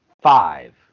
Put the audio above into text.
five